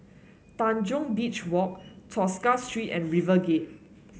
Tanjong Beach Walk Tosca Street and RiverGate